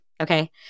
Okay